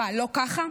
מה, לא ככה?